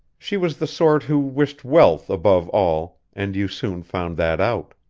she was the sort who wished wealth above all, and you soon found that out.